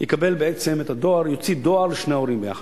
יקבל את הדואר, יוציא דואר לשני ההורים יחד.